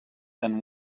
than